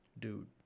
Dude